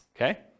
okay